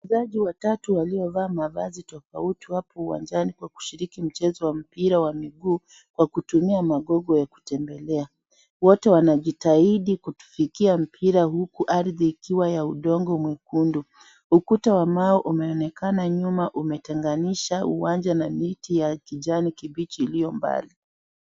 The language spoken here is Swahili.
Watu watatu waliovaa mavazi tofauti wako uwanjani kwa kushiriki mchezo wa mpira wa miguu, kwa kutumia magogo ya kutembelea. Watu wanajitahidi kufikia mpira huku ardhi ikiwa ya udongo mwekundu. Ukuta wa mawe unaonekana nyuma umetenganisha uwanja na miti ya kijani kibichi iliyo mbali.